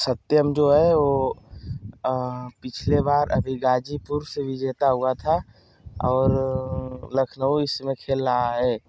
सत्यम जो है वो पिछले बार अभी गाजीपुर से विजेता हुआ था और लखनऊ इसमें खेला है